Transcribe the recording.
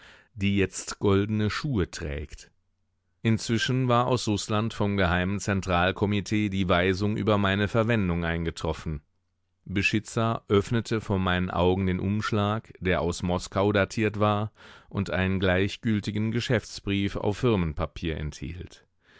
die jetzt goldene schuhe trägt inzwischen war aus rußland vom geheimen zentralkomitee die weisung über meine verwendung eingetroffen beschitzer öffnete vor meinen augen den umschlag der aus moskau datiert war und einen gleichgiltigen geschäftsbrief auf firmenpapier enthielt